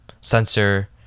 sensor